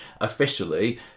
officially